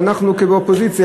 אבל אנחנו באופוזיציה,